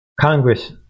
Congress